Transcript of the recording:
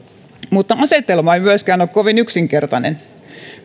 mutta asetelma ei myöskään ole kovin yksinkertainen